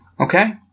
Okay